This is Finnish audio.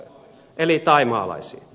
eli thaimaalaisiin